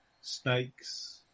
snakes